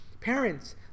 Parents